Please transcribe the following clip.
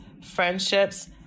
friendships